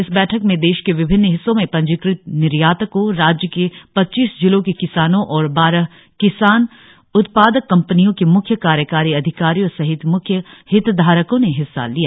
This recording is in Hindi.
इस बैठक में देश के विभिन्न हिस्सो से पंजीक़त निर्यातको राज्य के पचीस जिलों के किसानो और बारह किसान उत्पादक कंपनियों के म्ख्य कार्यकारी अधिकारियों सहित प्रम्ख हितधारको ने हिस्सा लिया